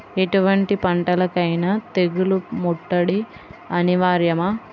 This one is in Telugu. ఎటువంటి పంటలకైన తెగులు ముట్టడి అనివార్యమా?